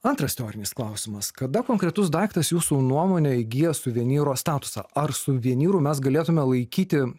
antras teorinis klausimas kada konkretus daiktas jūsų nuomone įgyja suvenyro statusą ar suvenyru mes galėtume laikyti